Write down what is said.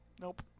Nope